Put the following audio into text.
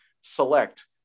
select